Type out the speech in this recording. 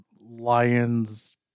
lion's